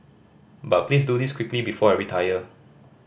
but please do this quickly before I retire